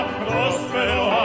prospero